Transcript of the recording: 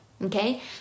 Okay